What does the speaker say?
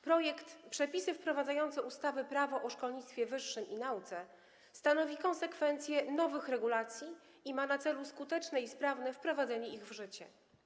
Projekt ustawy Przepisy wprowadzające ustawę Prawo o szkolnictwie wyższym i nauce stanowi konsekwencję nowych regulacji i ma na celu skuteczne i sprawne wprowadzenie ich w życie.